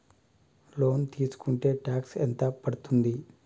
Loan తీస్కుంటే tax ఎంత పడ్తుంది?